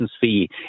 fee